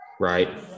right